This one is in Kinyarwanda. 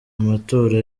amatora